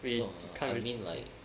no I mean like